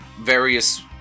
various